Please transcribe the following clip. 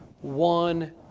one